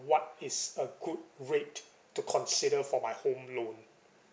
what is a good rate to consider for my home loan